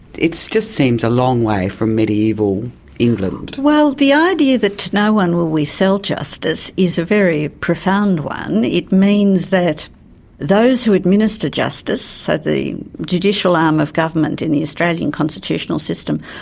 just seems a long way from mediaeval england. well, the idea that to no one will we sell justice is a very profound one, it means that those who administer justice, so the judicial arm of government in the australian constitutional system,